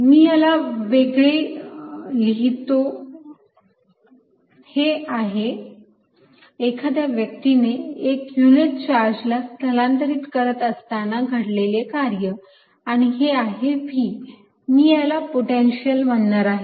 मी याला वेगळे लिहितो हे आहे एखाद्या व्यक्तीने एका युनिट चार्जला स्थलांतरित करत असताना घडलेले कार्य आणि हे आहे V मी याला पोटेन्शिअल म्हणणार आहे